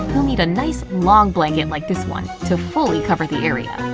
you'll need a nice long blanket like this one to fully cover the area.